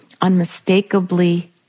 unmistakably